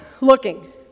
looking